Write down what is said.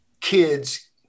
kids